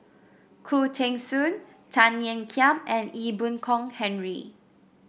Khoo Teng Soon Tan Ean Kiam and Ee Boon Kong Henry